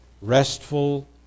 restful